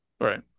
Right